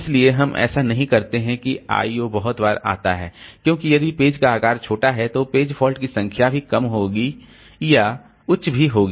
इसलिए हम ऐसा नहीं करते हैं कि I O बहुत बार आता है क्योंकि यदि पेज का आकार छोटा है तो पेज फॉल्ट की संख्या भी कम होगी या उच्च भी होगी